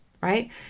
right